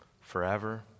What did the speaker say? forever